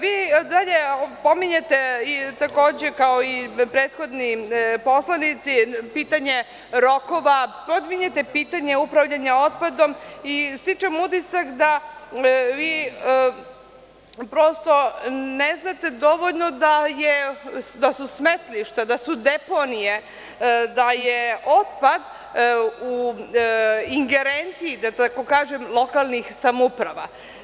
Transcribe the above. Vi, dalje pominjete takođe, kao i prethodni poslanici, pitanje rokova, pominjete pitanje upravljanja otpadom i stičem utisak da vi, prosto ne znate dovoljno da su smetlišta, da su deponije, da je otpad u ingerenciji lokalnih samouprava.